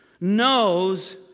knows